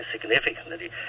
significantly